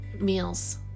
meals